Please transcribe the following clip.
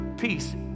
Peace